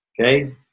Okay